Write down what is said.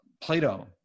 Plato